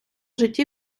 житті